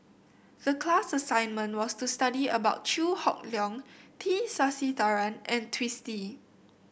the class assignment was to study about Chew Hock Leong T Sasitharan and Twisstii